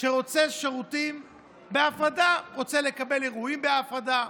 שרוצה שירותים בהפרדה, רוצה לקבל אירועים בהפרדה,